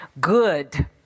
good